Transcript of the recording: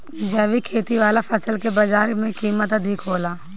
जैविक खेती वाला फसल के बाजार कीमत अधिक होला